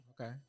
Okay